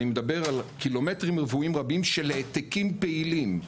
אני מדבר על קילומטרים רבועים רבים של העתקים פעילים,